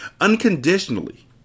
Unconditionally